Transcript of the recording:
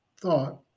thought